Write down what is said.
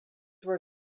were